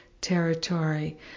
territory